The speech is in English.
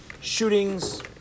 Shootings